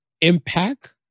impact